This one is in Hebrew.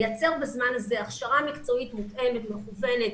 לייצר בזמן הזה הכשרה מקצועית מותאמת ומכוונת,